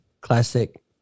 classic